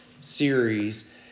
series